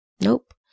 Nope